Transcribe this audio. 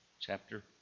Chapter